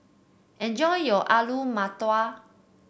enjoy your Alu Matar